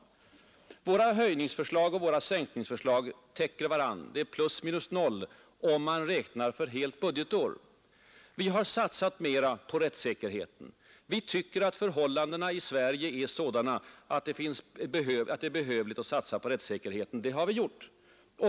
Våra höjningsoch sänkningsförslag täcker varandra. Det blir plus minus noll om man räknar för helt budgetår. Vi har satsat mer på rättssäkerheten, vi tycker att förhållandena i Sverige är sådana att det är nödvändigt att förstärka rättstryggheten, och det har vi gjort.